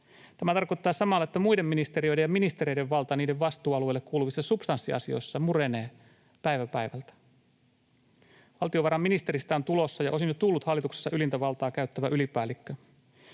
Tämä tarkoittaa samalla, että muiden ministeriöiden ja ministereiden valta niiden vastuualueille kuuluvissa substanssiasioissa murenee päivä päivältä. Valtiovarainministeristä on tulossa ja osin jo tullut hallituksessa ylintä valtaa käyttävä ylipäällikkö.